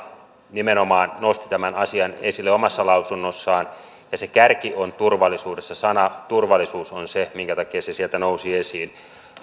nimenomaan nosti tämän asian esille omassa lausunnossaan ja se kärki on turvallisuudessa sana turvallisuus on se minkä takia se sieltä nousi esiin